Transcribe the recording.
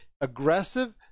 aggressive